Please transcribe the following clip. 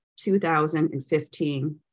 2015